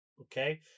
Okay